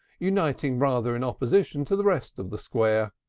uniting rather in opposition to the rest of the square.